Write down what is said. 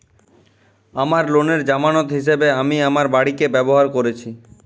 আমার লোনের জামানত হিসেবে আমি আমার বাড়িকে ব্যবহার করেছি